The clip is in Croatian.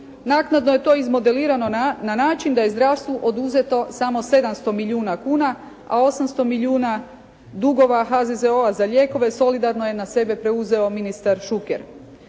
Naknadno je to izmodelirano na način da je zdravstvu oduzeto samo 700 milijuna kuna, a 800 milijuna dugova HZZO-a za lijekove solidarno je na sebe preuzeo ministar Šuker.